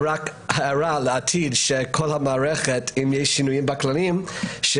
ורק הערה לעתיד שאם יש שינויים בכללים,